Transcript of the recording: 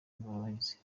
ingorabahizi